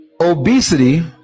Obesity